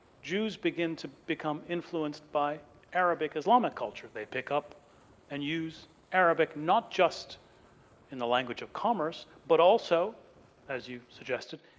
jews begin to become influenced by arabic islamic culture. they pick up and use arabic, not just in the language of commerce, but also as you suggested,